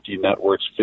networks